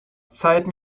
zeiten